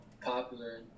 popular